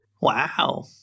Wow